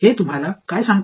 हे तुम्हाला काय सांगते